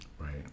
Right